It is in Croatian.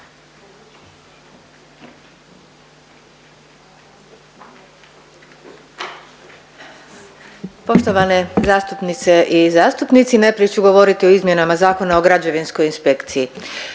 Poštovane zastupnice i zastupnici, najprije ću govoriti o izmjenama Zakona o građevinskoj inspekciji.